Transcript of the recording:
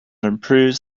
improves